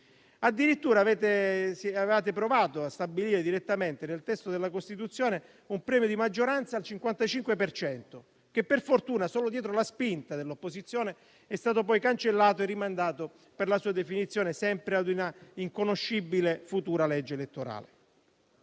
Addirittura, avevate provato a stabilire direttamente nel testo della Costituzione un premio di maggioranza del 55 per cento che, per fortuna, solo dietro la spinta dell'opposizione è stato poi cancellato e rimandato per la sua definizione sempre a un'inconoscibile futura legge elettorale.